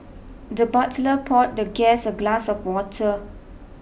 the butler poured the guest a glass of water